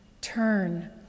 Turn